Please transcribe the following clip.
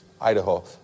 Idaho